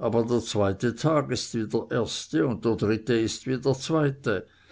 aber der zweite tag ist wie der erste und der dritte ist wie der zweite